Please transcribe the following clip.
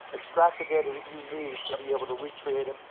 extract the data that you need to be able to re-create it,